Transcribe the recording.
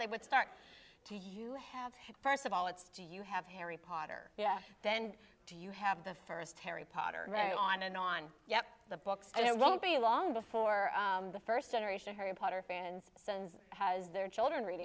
they would start to have first of all it's do you have harry potter then do you have the first harry potter right on and on yeah the books and it won't be long before the first generation harry potter fans has their children read